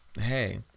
hey